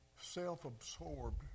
self-absorbed